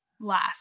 Last